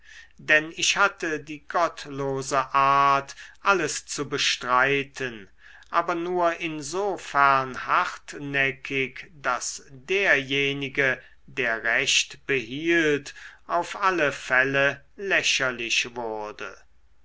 denn ich hatte die gottlose art alles zu bestreiten aber nur insofern hartnäckig daß derjenige der recht behielt auf alle fälle lächerlich wurde